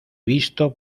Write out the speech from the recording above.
visto